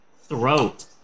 throat